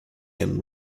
and